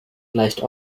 gleicht